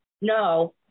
no